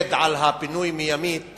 שפיקד על הפינוי מימית